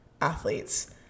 athletes